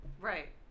right